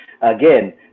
Again